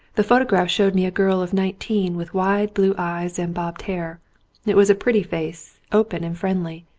the photograph showed me a girl of nineteen with wide blue eyes and bobbed hair it was a pretty face, open and friendly,